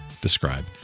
describe